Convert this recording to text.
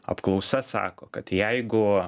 apklausa sako kad jeigu